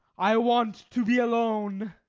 i want to be alone.